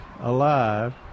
alive